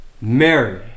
mary